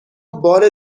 بار